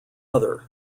other